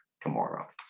tomorrow